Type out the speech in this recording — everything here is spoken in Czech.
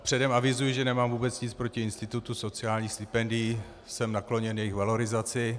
Předem avizuji, že nemám vůbec nic proti institutu sociálních stipendií, jsem nakloněn jejich valorizaci.